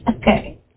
Okay